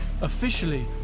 Officially